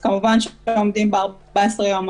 כמובן שעומדים ב-14 יום,